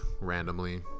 randomly